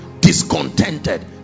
discontented